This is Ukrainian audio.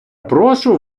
прошу